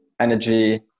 energy